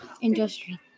industry